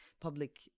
public